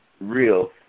real